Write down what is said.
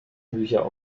bücher